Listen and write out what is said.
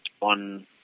on